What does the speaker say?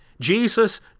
Jesus